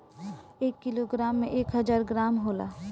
एक किलोग्राम में एक हजार ग्राम होला